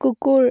কুকুৰ